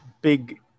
big